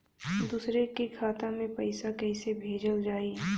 दूसरे के खाता में पइसा केइसे भेजल जाइ?